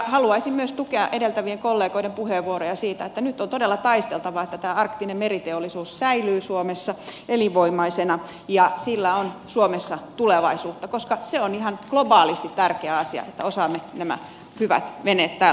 haluaisin myös tukea edeltävien kollegoiden puheenvuoroja siitä että nyt on todella taisteltava niin että tämä arktinen meriteollisuus säilyy suomessa elinvoimaisena ja sillä on suomessa tulevaisuutta koska se on ihan globaalisti tärkeä asia että osaamme nämä hyvät veneet täällä suomessa valmistaa